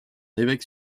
évêque